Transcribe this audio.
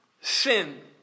sin